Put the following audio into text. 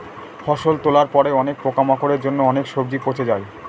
ফসল তোলার পরে অনেক পোকামাকড়ের জন্য অনেক সবজি পচে যায়